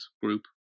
Group